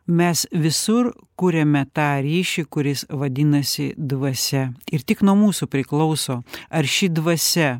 mes visur kuriame tą ryšį kuris vadinasi dvasia ir tik nuo mūsų priklauso ar ši dvasia